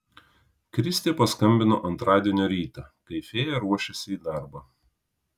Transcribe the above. kristė paskambino antradienio rytą kai fėja ruošėsi į darbą